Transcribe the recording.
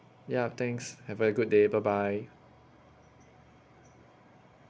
ya thanks have a good day bye bye